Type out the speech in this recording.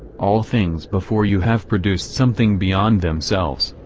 all things before you have produced something beyond themselves,